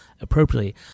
appropriately